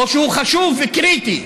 או שהוא חשוב וקריטי,